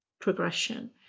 progression